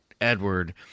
Edward